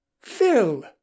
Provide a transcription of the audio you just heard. Phil